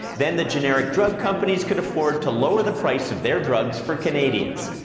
then the generic drug companies could afford to lower the price of their drugs for canadians.